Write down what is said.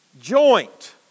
joint